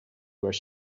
where